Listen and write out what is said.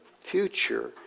future